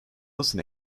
nasıl